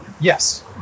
Yes